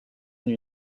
une